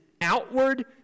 outward